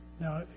Now